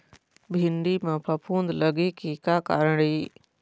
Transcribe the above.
भिंडी म फफूंद लगे के का कारण ये?